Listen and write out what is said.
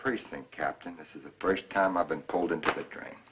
precinct captain this is the first time i've been pulled into the dr